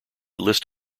list